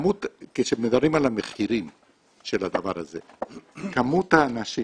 כשמדברים על המחירים של הדבר הזה, כמות האנשים